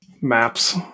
Maps